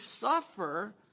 suffer